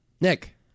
Nick